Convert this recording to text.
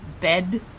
bed